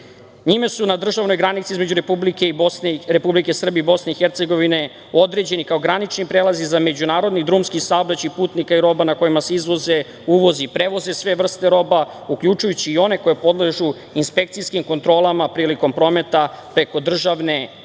Njime su na državnoj granici između Republike Srbije i Bosne i Hercegovine, određeni kao granični prelazi za međunarodni i drumski saobraćaj putnika i roba na kojima se izvoze, uvoze i prevoze sve vrste roba, uključujući i one koje podležu inspekcijskim kontrolama prilikom prometa preko državne granice